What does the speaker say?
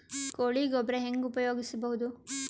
ಕೊಳಿ ಗೊಬ್ಬರ ಹೆಂಗ್ ಉಪಯೋಗಸಬಹುದು?